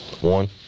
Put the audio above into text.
One